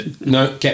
No